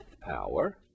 power